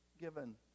given